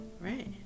Right